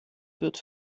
wird